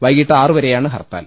വൈകീട്ട് ആറുവരെയാണ് ഹർത്താൽ